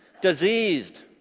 diseased